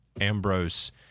Ambrose